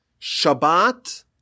Shabbat